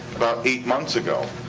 about eight months ago,